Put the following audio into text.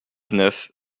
neuf